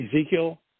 Ezekiel